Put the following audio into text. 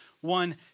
one